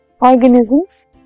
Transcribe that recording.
organisms